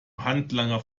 handlanger